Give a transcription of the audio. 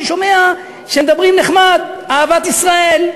אני שומע שמדברים נחמד, אהבת ישראל.